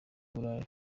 burayi